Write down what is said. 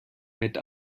mit